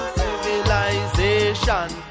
civilization